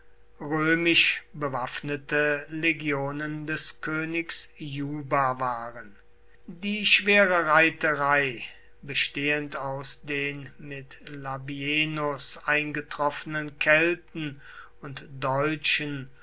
römisch bewaffnete legionen des königs juba waren die schwere reiterei bestehend aus den mit labienus eingetroffenen kelten und deutschen